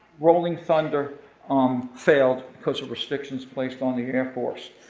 rolling thunder um failed because of restrictions placed on the air force.